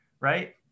right